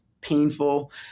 painful